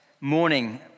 morning